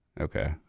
Okay